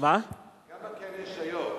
כמה כאלה יש היום?